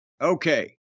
Okay